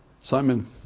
Simon